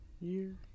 year